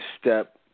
step